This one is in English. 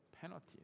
penalty